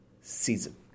season